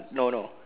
no no